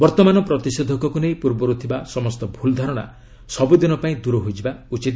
ବର୍ତ୍ତମାନ ପ୍ରତିଷେଧକକୁ ନେଇ ପୂର୍ବରୁ ଥିବା ସମସ୍ତ ଭୁଲ୍ ଧାରଣା ସବୁଦିନ ପାଇଁ ଦୂର ହୋଇଯିବା ଉଚିତ